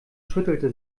schüttelte